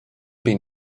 been